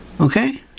Okay